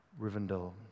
Rivendell